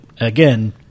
again